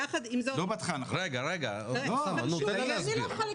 עוד לא פתחנו